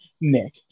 Nick